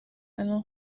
الان